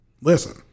listen